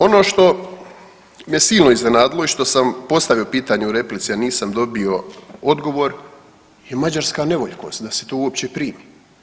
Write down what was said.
Ono što me silno iznenadilo i što sam postavio pitanje u replici, a nisam dobio odgovor, je Mađarska nevoljkost da se to uopće primi.